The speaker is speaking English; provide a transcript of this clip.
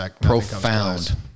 profound